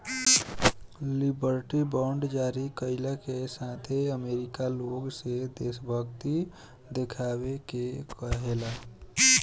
liberty bond जारी कईला के साथे अमेरिका लोग से देशभक्ति देखावे के कहेला